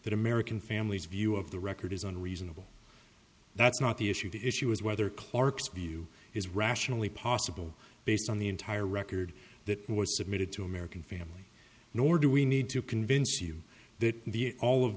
that american families view of the record isn't reasonable that's not the issue the issue is whether clarke's view is rationally possible based on the entire record that were submitted to american family nor do we need to convince you that the all of